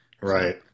right